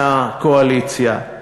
מהקואליציה.